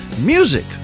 music